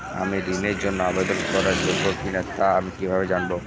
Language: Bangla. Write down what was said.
আমি ঋণের জন্য আবেদন করার যোগ্য কিনা তা আমি কীভাবে জানব?